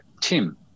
Tim